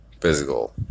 physical